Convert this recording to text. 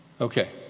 okay